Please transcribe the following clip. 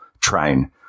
train